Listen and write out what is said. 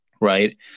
right